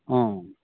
অঁ